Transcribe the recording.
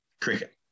cricket